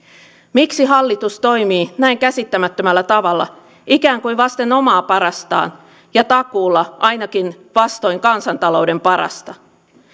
miksi hallitus toimii näin käsittämättömällä tavalla ikään kuin vasten omaa parastaan ja takuulla ainakin vastoin kansantalouden parasta